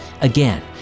Again